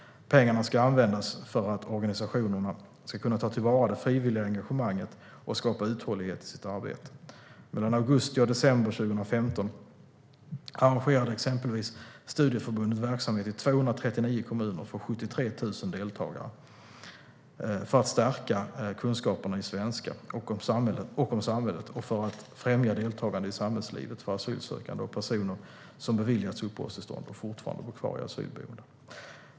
Pengarna ska användas för att organisationerna ska kunna ta till vara det frivilliga engagemanget och skapa uthållighet i sitt arbete. Mellan augusti och december 2015 arrangerade exempelvis studieförbunden verksamhet i 239 kommuner för 73 000 deltagare för att stärka kunskaperna i svenska och om samhället och för att främja deltagande i samhällslivet för asylsökande och personer som beviljats uppehållstillstånd och fortfarande bor kvar i asylboenden.